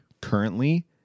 currently